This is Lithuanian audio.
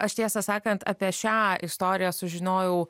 aš tiesą sakant apie šią istoriją sužinojau